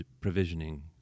provisioning